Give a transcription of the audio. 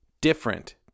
different